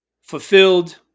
fulfilled